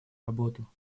работу